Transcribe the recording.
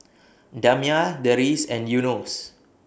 Damia Deris and Yunos